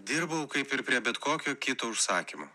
dirbau kaip ir prie bet kokio kito užsakymo